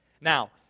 Now